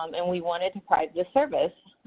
um and we wanted to provide the service.